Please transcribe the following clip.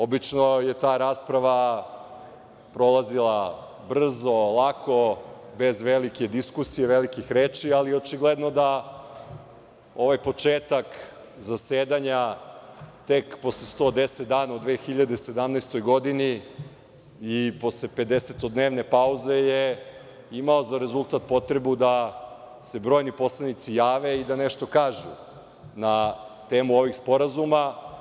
Obično je ta rasprava prolazila brzo, lako, bez velike diskusije, velikih reči, ali očigledno da ovaj početak zasedanja tek posle 110 dana u 2017. godini i posle 50-odnevne pauze je imao za rezultat potrebu da se brojni poslanici jave i da nešto kažu na temu ovih sporazuma.